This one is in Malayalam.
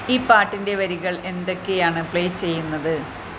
ഈ പാട്ടിൻ്റെ വരികൾ എന്തൊക്കെയാണ് പ്ലേ ചെയ്യുന്നത്